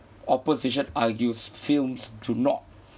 opposition argues films do not